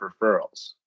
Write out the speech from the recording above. referrals